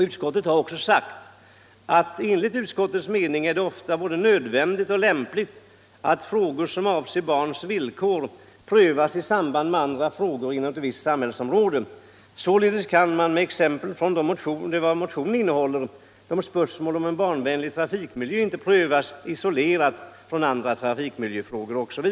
Utskottet har också uttalat att det enligt utskottets mening ofta är både nödvändigt och lämpligt att frågor som avser barns villkor prövas i samband med andra frågor inom ett visst samhällsområde. Således kan — med exempel från motionen — spörsmål om en barnvänlig trafikmiljö inte prövas isolerad från andra trafikmiljöfrågor.